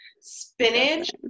spinach